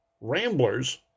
Ramblers